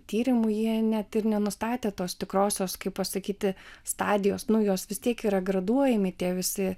tyrimų jie net ir nenustatė tos tikrosios kaip pasakyti stadijos nu jos vis tiek yra graduojami tie visi